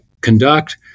conduct